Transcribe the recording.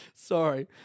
Sorry